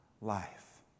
life